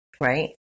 right